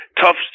tough